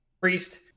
priest